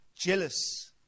jealous